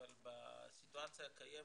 אבל בסיטואציה הקיימת,